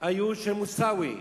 היו של מוסאווי,